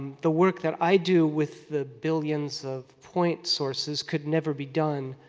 the work that i do with the billions of point sources could never be done